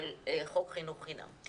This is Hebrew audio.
אבל חוק חינוך חינם.